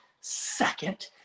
second